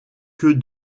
que